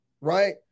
right